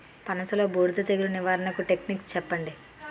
పనస లో బూడిద తెగులు నివారణకు టెక్నిక్స్ చెప్పండి?